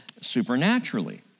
supernaturally